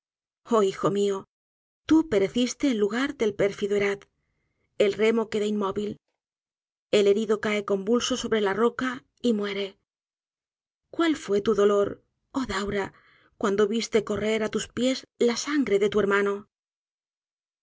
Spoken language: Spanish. oh hijo mió tú pereciste en lugar del pérfido erath el remo queda inmóvil el herido cae convulso sobre la roca y muere cuál fue tu dolor oh daura cuando vistes correr á tus píes la sangre de tu hermano